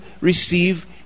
receive